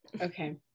Okay